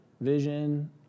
vision